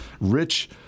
rich